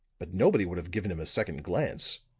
but nobody would have given him a second glance.